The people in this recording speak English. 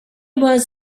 was